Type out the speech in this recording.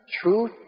Truth